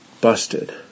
busted